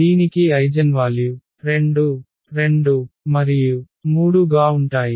దీనికి ఐగెన్వాల్యు 2 2 3 గా ఉంటాయి